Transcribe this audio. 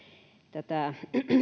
tätä